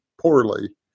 poorly